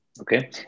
Okay